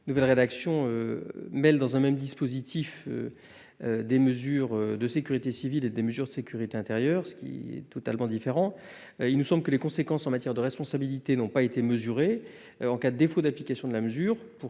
nouvelle rédaction mêle dans un même dispositif des mesures de sécurité civile et des mesures de sécurité intérieure, ce qui est totalement différent. Il nous semble que les conséquences en matière de responsabilité n'ont pas été mesurées en cas de défaut d'application de la